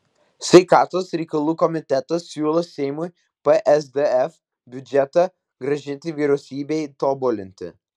sveikatos reikalų komitetas siūlo seimui psdf biudžetą grąžinti vyriausybei tobulinti